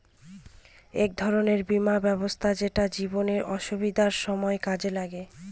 এক ধরনের বীমা ব্যবস্থা যেটা জীবনে অসুবিধার সময় কাজে লাগে